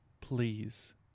Please